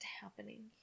happening